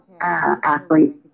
athlete